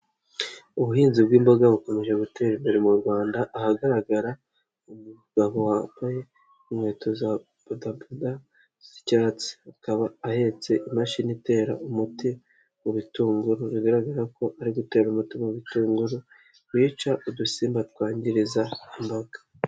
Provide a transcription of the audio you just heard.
Ubuhinzi bw'imboga bukomeje gutera imbere mu Rwanda, ahagaragara umugabo wambaye inkweto za bodaboda z'icyatsi. Akaba ahetse imashini itera umuti mu bitunguru, bigaragara ko ari gutera umuti ibitunguru, wica udusimba twangiriza imboga.